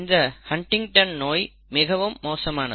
இந்த ஹன்டிங்டன் நோய் மிகவும் மோசமானது